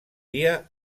dia